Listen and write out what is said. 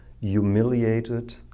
humiliated